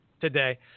today